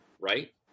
right